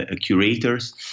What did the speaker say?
curators